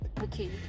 Okay